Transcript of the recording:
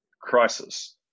crisis